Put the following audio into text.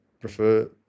prefer